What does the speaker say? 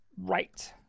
right